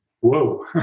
whoa